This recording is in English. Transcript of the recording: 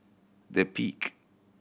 The Peak